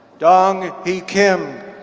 donghee kim.